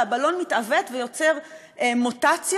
והבלון מתעוות ויוצר מוטציות,